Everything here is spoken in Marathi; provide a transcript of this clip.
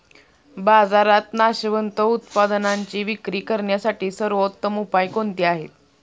बाजारात नाशवंत उत्पादनांची विक्री करण्यासाठी सर्वोत्तम उपाय कोणते आहेत?